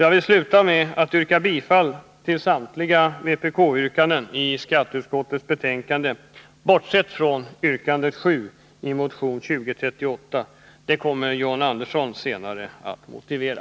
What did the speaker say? Jag vill sluta med att yrka bifall till samtliga vpk-yrkanden i skatteutskottets betänkande, bortsett från yrkande 7 i motion 2038. Det kommer John Andersson senare att motivera.